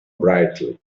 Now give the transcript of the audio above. brightly